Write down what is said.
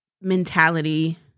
mentality